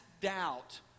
doubt